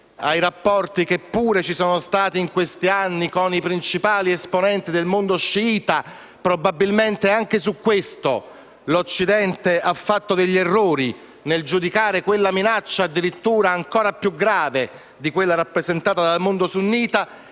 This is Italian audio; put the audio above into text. ai rapporti, che pure ci sono stati in questi anni, con i principali esponenti del mondo sciita. Probabilmente anche su questo l'Occidente ha fatto degli errori nel giudicare quella minaccia addirittura ancora più grave di quella rappresentata dal mondo sunnita.